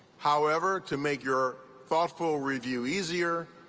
however, to make your thoughtful review easier,